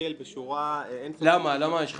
ניתקל בשורה אינסופית של --- למה יש חשש?